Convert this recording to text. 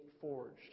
forged